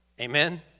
Amen